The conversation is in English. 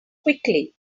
quickly